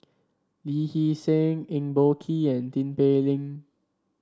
Lee Hee Seng Eng Boh Kee and Tin Pei Ling